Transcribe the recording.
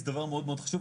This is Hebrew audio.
זה דבר מאוד מאוד חשוב,